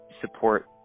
support